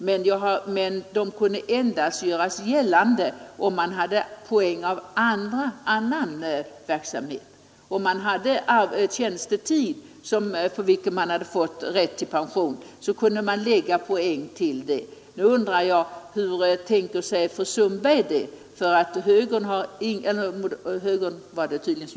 Och det skall man kunna göra endast om man har poäng av annan verksamhet. Om man har tjänstetid för vilken man fått rätt till pension, så skall man kunna lägga till poäng för vårdnadstiden. Jag undrar hur fru Sundberg tänker sig den saken?